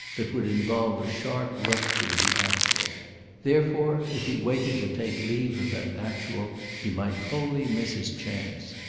that would involve a sharp rupture with the actual therefore if he waited to take leave of that actual he might wholly miss his chance.